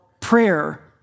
prayer